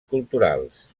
culturals